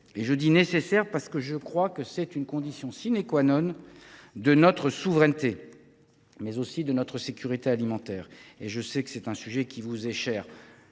Je dis « nécessaires », parce que c’est une condition, non seulement de notre souveraineté, mais aussi de notre sécurité alimentaire. Je sais que c’est un sujet qui vous est cher.